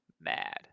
mad